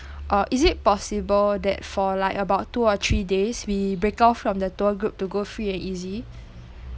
uh is it possible that for like about two or three days we break off from the tour group to go free and easy